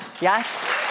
Yes